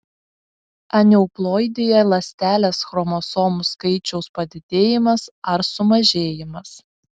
aneuploidija ląstelės chromosomų skaičiaus padidėjimas ar sumažėjimas